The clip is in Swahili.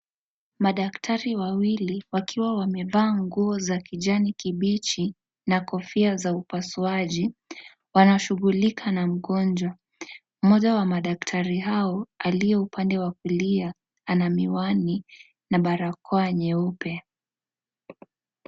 Madaktari wawili wakiwa wamevaa nguo za kijani kibichi na Kofia za upasuaji. Wanashughulika na mgonjwa ,mmoja wa madaktari hao aliye upande wa kulia ana miwani na barakoa nyeupe.